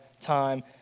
time